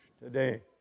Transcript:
Today